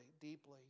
deeply